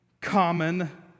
common